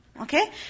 Okay